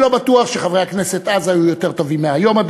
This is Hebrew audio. אני לא בטוח שחברי הכנסת אז היו יותר טובים מחברי הכנסת היום,